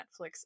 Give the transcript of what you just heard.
Netflix